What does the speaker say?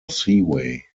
seaway